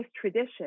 tradition